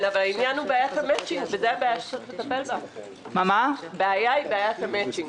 בעיית המצ'ינג היא בעיה בפני עצמה שצריך לקיים עליה דיון נפרד,